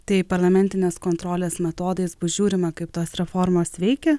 tai parlamentinės kontrolės metodais bus žiūrima kaip tos reformos veikia